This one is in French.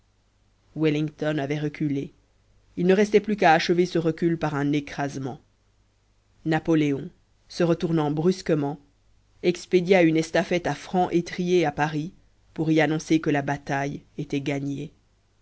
wellington avait reculé il ne restait plus qu'à achever ce recul par un écrasement napoléon se retournant brusquement expédia une estafette à franc étrier à paris pour y annoncer que la bataille était gagnée